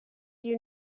you